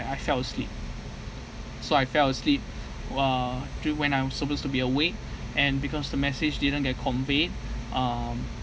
I fell asleep so I fell asleep while do when I'm supposed to be awake and because the message didn't get conveyed um